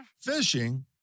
Fishing